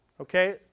okay